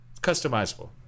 customizable